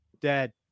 dad